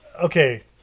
okay